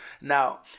Now